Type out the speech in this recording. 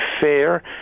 fair